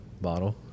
bottle